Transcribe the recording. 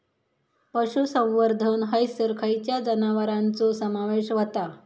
पशुसंवर्धन हैसर खैयच्या जनावरांचो समावेश व्हता?